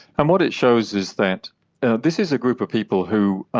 and what it shows is that this is a group of people who,